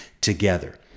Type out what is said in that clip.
together